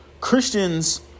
Christians